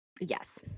Yes